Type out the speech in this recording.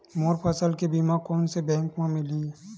मोर फसल के बीमा कोन से बैंक म मिलही?